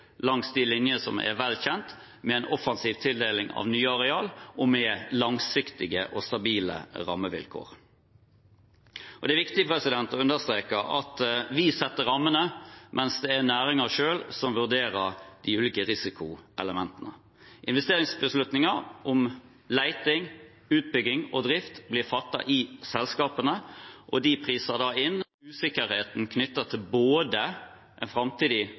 langs de linjer som er velkjent, med en offensiv tildeling av nye areal og med langsiktige og stabile rammevilkår. Det er viktig å understreke at vi setter rammene, mens det er næringen selv som vurderer de ulike risikoelementene. Investeringsbeslutninger om leting, utbygging og drift blir fattet i selskapene, og de priser da inn usikkerheten knyttet til både en eventuell framtidig